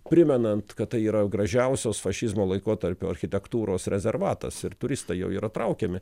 primenant kad tai yra gražiausios fašizmo laikotarpio architektūros rezervatas ir turistai jau yra traukiami